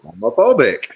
homophobic